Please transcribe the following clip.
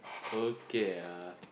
okay uh